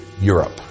Europe